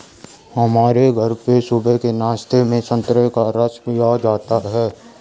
हमारे घर में सुबह के नाश्ते में संतरे का रस पिया जाता है